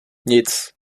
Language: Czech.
nic